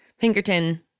Pinkerton